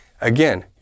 Again